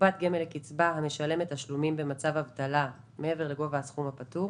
קופת גמל לקצבה המשלמת תשלומים במצב אבטלה מעבר לגובה הסכום הפטור